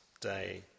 day